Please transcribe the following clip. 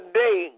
day